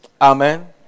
Amen